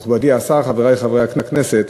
מכובדי השר, חברי חברי הכנסת,